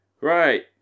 Right